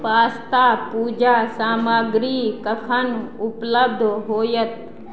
pasta पूजा सामग्री कखन उपलब्ध होएत